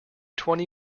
twenty